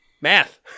Math